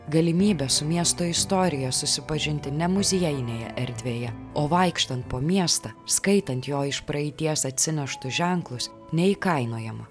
galimybę su miesto istorija susipažinti ne muziejinėje erdvėje o vaikštant po miestą skaitant jo iš praeities atsineštą ženklus neįkainojama